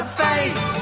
face